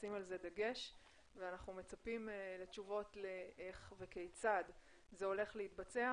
לשים על זה דגש ואנחנו מצפים לתשובות של איך וכיצד זה הולך להתבצע,